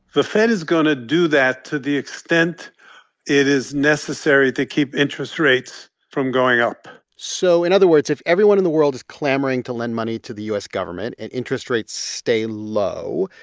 the fed is going to do that to the extent it is necessary to keep interest rates from going up so in other words, if everyone in the world is clamoring to lend money to the u s. government and interest rates stay low,